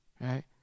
right